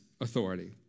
authority